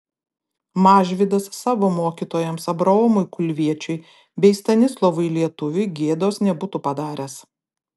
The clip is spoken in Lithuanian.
mažvydas savo mokytojams abraomui kulviečiui bei stanislovui lietuviui gėdos nebūtų padaręs